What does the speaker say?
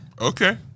Okay